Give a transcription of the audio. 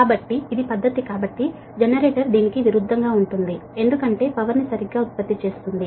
కాబట్టి ఇది పద్ధతి కాబట్టి జనరేటర్ దీనికి విరుద్ధంగా ఉంటుంది ఎందుకంటే ఇది పవర్ ని ఉత్పత్తి చేస్తుంది